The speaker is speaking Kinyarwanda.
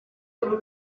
uru